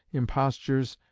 impostures,